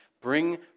Bring